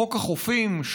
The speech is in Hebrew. חוק החופים,